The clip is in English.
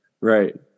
Right